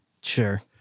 Sure